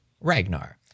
Ragnar